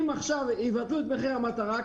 אם עכשיו יבטלו את מחיר המטרה,